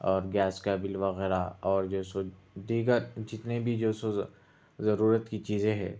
اور گیس کا بل وغیرہ اور جو سو دیگر جتنے بھی جو سو ضرورت کی چیزیں ہے